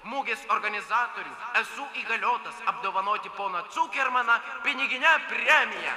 mugės organizatorių esu įgaliotas apdovanoti poną cukermaną pinigine premija